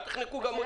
אל תחנקו גם אותי.